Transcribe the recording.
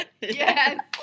yes